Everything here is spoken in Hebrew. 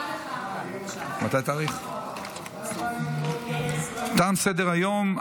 תם סדר-היום.